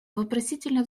вопросительно